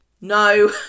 No